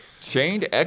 Chained